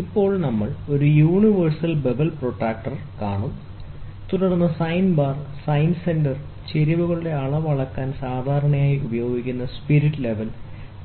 അപ്പോൾ നമ്മൾ ഒരു സാർവത്രിക ബെവൽ പ്രൊട്രാക്റ്റർ കാണും തുടർന്ന് സൈൻ ബാർ സൈൻ സെന്റർsine bar sine centerചെരിവുകളുടെ അളവ് ചെയ്യാൻ സാധാരണയായി ഉപയോഗിക്കുന്ന സ്പിരിറ്റ് ലെവൽ